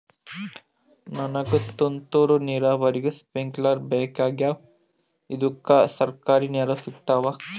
ನನಗ ತುಂತೂರು ನೀರಾವರಿಗೆ ಸ್ಪಿಂಕ್ಲರ ಬೇಕಾಗ್ಯಾವ ಇದುಕ ಸರ್ಕಾರಿ ನೆರವು ಸಿಗತ್ತಾವ?